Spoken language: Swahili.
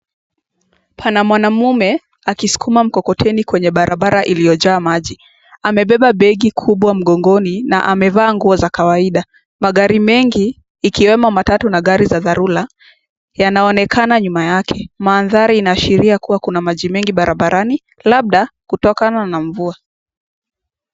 Pana mwanamme akisukuma mkokoteni kwenye barabara iliyojaa maji amebeba bagi kubwa mgongoni na amevaa nguo za kawaida magari mengi ikiwemo matatu na gari za dharura yanaonekana nyuma yake mandhari inaashiria kuwa kuna maji mengi barabarani labda kutokana na mvua.